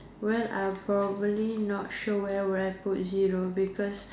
where I probably not sure where I put zero because